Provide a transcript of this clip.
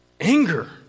Anger